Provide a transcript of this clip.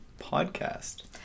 Podcast